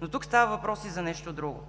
Но тук става въпрос и за нещо друго.